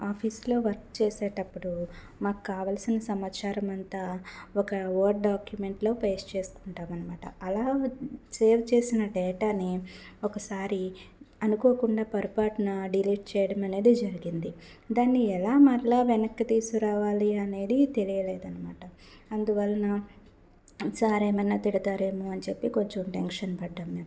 ఆఫీస్లో వర్క్ చేసేటప్పుడు మాకు కావల్సిన సమాచారం అంతా ఒక వర్డ్ డాక్యుమెంట్లో పేస్ట్ చేసుకుంటాం అనమాట అలా సేవ్ చేసిన డేటాని ఒకసారి అనుకోకుండా పొరపాటున డిలీట్ చేయడం అనేది జరిగింది దాన్ని ఎలా మరలా వెనక్కి తీసుకురావాలని అనేది తెలియలేదనమాట అందువలన సార్ ఏమైనా తిడతారేమో అని కొంచెం టెన్షన్ పడ్డాను